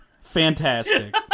Fantastic